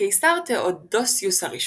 הקיסר תאודוסיוס הראשון,